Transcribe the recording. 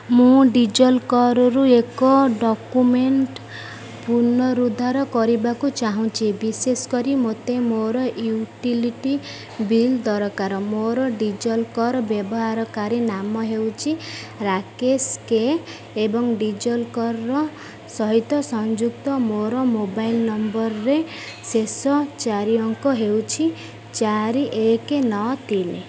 ମୁଁ D G ଲକର୍ରୁ ଏକ ଡକ୍ୟୁମେଣ୍ଟ ପୁନରୁଦ୍ଧାର କରିବାକୁ ଚାହୁଁଛି ବିଶେଷ କରି ମୋତେ ମୋର ୟୁଟିଲିଟି ବିଲ୍ ଦରକାର ମୋର ଡି ଜି ଲକର୍ ବ୍ୟବହାରକାରୀ ନାମ ହେଉଛି ରାକେଶ କେ ଏବଂ ଡି ଜି ଲକର୍ ସହିତ ସଂଯୁକ୍ତ ମୋର ମୋବାଇଲ ନମ୍ବରର ଶେଷ ଚାରି ଅଙ୍କ ହେଉଛି ଚାରି ଏକ ନଅ ତିନି